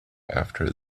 after